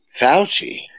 Fauci